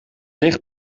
dicht